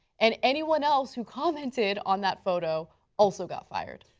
and anyone else who commented on that photo also got fired.